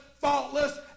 faultless